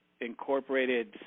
incorporated